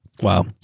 wow